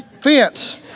fence